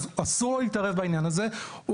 אז אסור לו להתערב בעניין הזה,